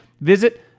Visit